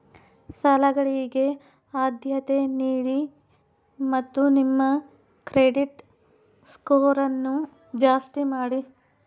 ಸಾಲಗಳಿಗೆ ಆದ್ಯತೆ ನೀಡಿ ಮತ್ತು ನಿಮ್ಮ ಕ್ರೆಡಿಟ್ ಸ್ಕೋರನ್ನು ಜಾಸ್ತಿ ಮಾಡಿ